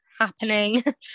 happening